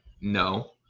No